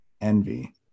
envy